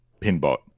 Pinbot